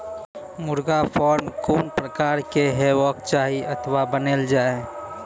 मुर्गा फार्म कून प्रकारक हेवाक चाही अथवा बनेल जाये?